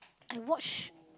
I watch